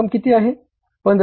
ही रक्कम किती आहे